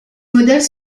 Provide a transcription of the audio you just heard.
modèles